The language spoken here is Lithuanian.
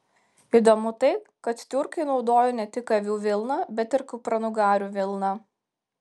įdomu tai kad tiurkai naudojo ne tik avių vilną bet ir kupranugarių vilną